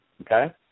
okay